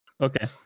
Okay